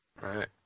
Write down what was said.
Right